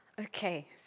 Okay